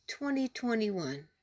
2021